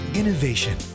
innovation